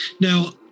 Now